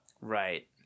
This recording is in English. Right